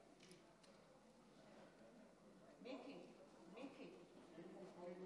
אני שמחה לעמוד